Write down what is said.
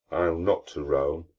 i'll not to rome,